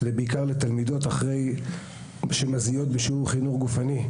בעיקר לתלמידות, להתרענן אחרי שיעור גופני.